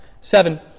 seven